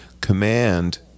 command